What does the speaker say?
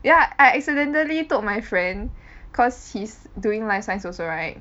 ya I accidentally told my friend cause he's doing life science also right